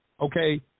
okay